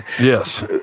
Yes